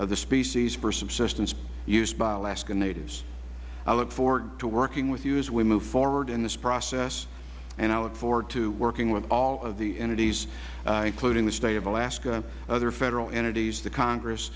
of the species for subsistence use by alaska natives i look forward to working with you as we move forward in this process and i look forward to working with all of the entities including the state of alaska other federal entities the congress